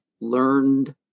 learned